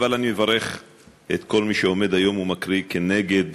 אבל אני מברך את כל מי שעומד היום ומקריא כנגד